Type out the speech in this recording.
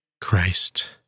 Christ